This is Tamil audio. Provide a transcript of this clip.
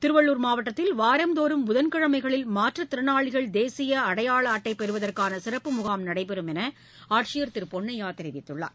திருவள்ள் மாவட்டத்தில் வாரந்தோறும் புதன் கிழமைகளில் மாற்றத்திறனாளிகள் தேசியஅடையாளஅட்டைபெறுவதற்கானசிறப்பு முகாம் நடைபெறம் என்ற ஆட்சியர் திருபொன்னயாதெரிவித்துள்ளார்